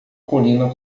colina